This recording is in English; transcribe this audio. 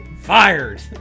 Fired